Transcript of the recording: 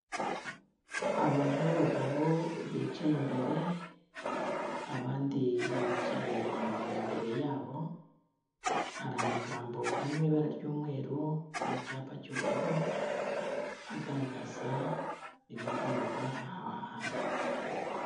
Abantu babagabo bicaye imbere abandi bicaye imbere yabo, hari amagambo ari mu ibara ry'umweru mu cyapa cy'ubururu agaragaza ibikorerwa aha hantu.